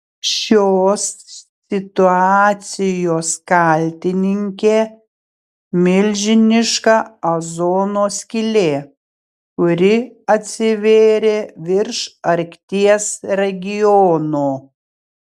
šios situacijos kaltininkė milžiniška ozono skylė kuri atsivėrė virš arkties regiono